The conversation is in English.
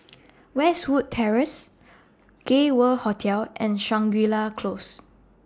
Westwood Terrace Gay World Hotel and Shangri La Close